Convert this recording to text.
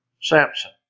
Samson